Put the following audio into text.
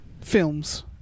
films